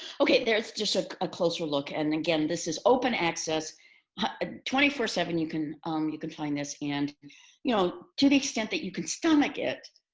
okay. there's just a ah closer look, and again, this is open access twenty four seven you can um you can find this and you know to the extent that you can stomach it,